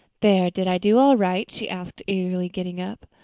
there, did i do all right? she asked eagerly, getting up.